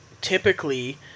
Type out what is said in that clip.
typically